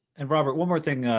and, robert, one more thing,